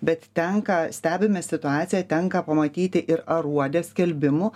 bet tenka stebime situaciją tenka pamatyti ir aruode skelbimų